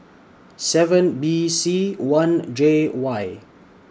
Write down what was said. seven B C one J Y